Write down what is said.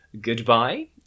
Goodbye